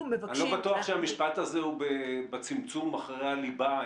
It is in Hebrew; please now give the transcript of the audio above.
אני לא בטוח שהמשפט הזה הוא בצמצום אחרי הליבה,